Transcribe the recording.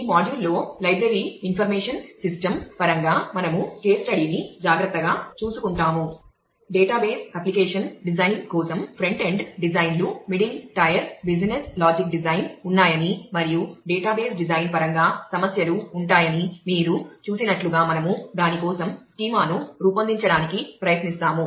ఈ మాడ్యూల్ను రూపొందించడానికి ప్రయత్నిస్తాము